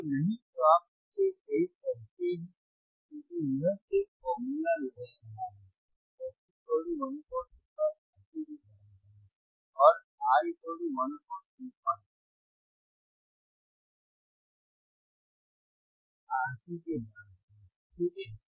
यदि नहीं तो आप इसे सही करते हैं क्योंकि यह सिर्फ फॉर्मूला लगा रहा है fc 1 2πRC के बराबर है और R 12πfcC के बराबर है ठीक है